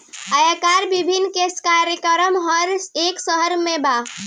आयकर विभाग के कार्यालय हर एक शहर में बा